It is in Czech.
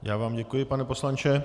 Já vám děkuji, pane poslanče.